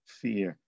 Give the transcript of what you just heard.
fear